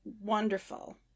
wonderful